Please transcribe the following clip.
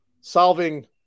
solving –